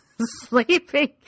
sleeping